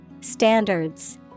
Standards